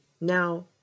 Now